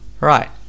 Right